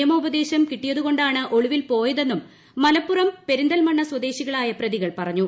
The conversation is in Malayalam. നിയമോപദേശം കിട്ടിയതുകൊാണ് ഒളിവിൽ പോയതെന്നും മലപ്പുറം പെരിന്തൽമണ്ണ സ്വദേശികളായ പ്രതികൾ പറഞ്ഞു